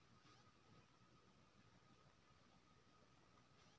बांगर माटी में केना सी फल लगा सकलिए?